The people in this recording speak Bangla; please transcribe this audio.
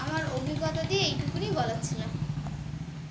আমার অভিজ্ঞতা দিয়ে এইটুকুনই বলার ছিল